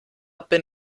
bin